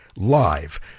live